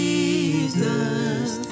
Jesus